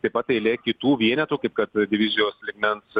taip pat eilė kitų vienetų kaip kad divizijos lygmens